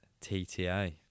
TTA